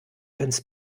ins